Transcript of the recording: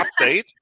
update